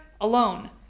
alone